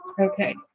Okay